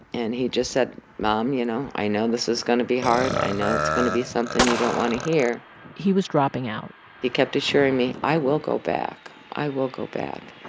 and he just said, said, mom, you know, i know this is going to be hard. i know it's going to be something you don't want to hear he was dropping out he kept assuring me, i will go back. i will go back.